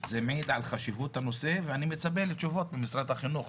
זה מעיד על חשיבות הנושא ואני מצפה לתשובות ממשרד החינוך,